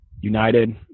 United